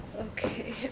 Okay